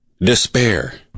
Despair